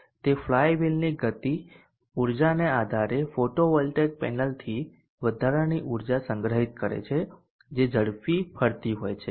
તે ફ્લાયવીલની ગતિ ઉર્જાના આધારે ફોટોવોલ્ટેઇક પેનલથી વધારાનીની ઉર્જા સંગ્રહિત કરે છે જે ઝડપી ફરતી હોય છે